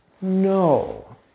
No